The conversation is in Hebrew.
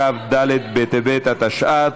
כ"ד בטבת התשע"ט,